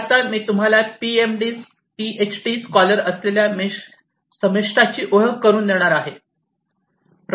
तर आता मी तुम्हाला पीएमडी स्कॉलर असलेल्या मिस शमिष्ठाची ओळख करुन देणार आहे